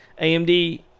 AMD